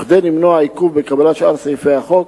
וכדי למנוע עיכוב בקבלת שאר סעיפי החוק,